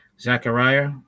Zechariah